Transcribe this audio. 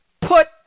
put